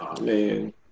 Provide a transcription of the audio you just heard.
man